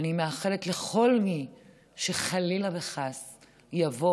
אני מאחלת לכל מי שחלילה וחס יבוא,